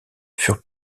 furent